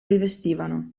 rivestivano